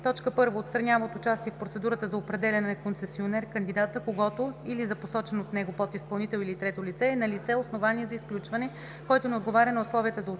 комисията: 1. отстранява от участие в процедурата за определяне на концесионер кандидат, за когото или за посочен от него подизпълнител или трето лице е налице основание за изключване, който не отговаря на условията за участие